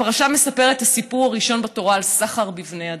הפרשה מספרת את הסיפור הראשון בתורה על סחר בבני אדם,